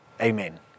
Amen